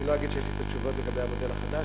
אני לא אגיד שיש לי את התשובות לגבי המודל החדש.